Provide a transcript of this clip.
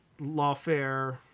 lawfare